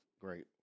great